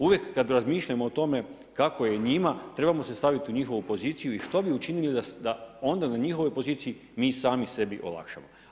Uvijek kada razmišljamo o tome kako je njima, trebamo se staviti u njihovu poziciju i što bi učinili da onda na njihovoj poziciji mi sami sebi olakšamo.